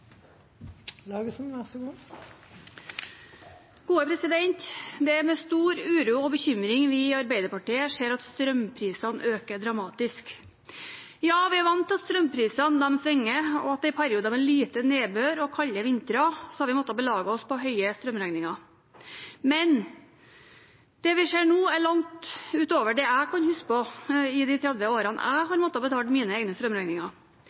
med stor uro og bekymring vi i Arbeiderpartiet ser at strømprisene øker dramatisk. Ja, vi er vant til at strømprisene svinger, og at vi i perioder med lite nedbør og kalde vintre har måttet belage oss på høye strømregninger. Men det vi ser nå, er langt utover det jeg kan huske i de 30 årene jeg har måttet betale mine egne strømregninger